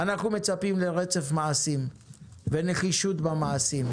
אנחנו מצפים לרצף מעשים ונחישות במעשים,